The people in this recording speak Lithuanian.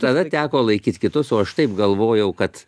tada teko laikyt kitus o aš taip galvojau kad